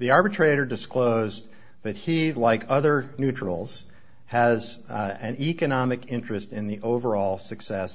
the arbitrator disclosed that he'd like other neutrals has an economic interest in the overall success